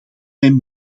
mijn